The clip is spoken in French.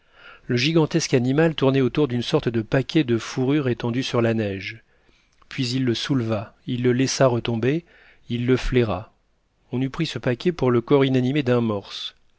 le gigantesque animal tournait autour d'une sorte de paquet de fourrure étendu sur la neige puis il le souleva il le laissa retomber il le flaira on eût pris ce paquet pour le corps inanimé d'un morse